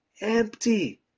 empty